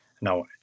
Now